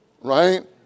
right